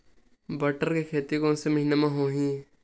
बटर के खेती कोन से महिना म होही?